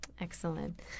Excellent